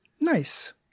Nice